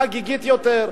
חגיגית יותר,